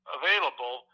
available